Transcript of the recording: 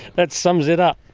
that sums it up.